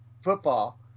football